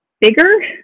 bigger